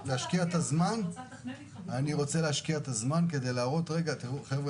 להשקיע את הזמן כדי להראות לך בשטח.